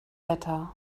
better